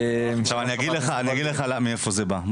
אני אגיד לך מאיפה זה בא,